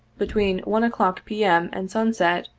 between one o'clock, p. m, and sunset,